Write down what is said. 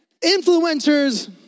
Influencers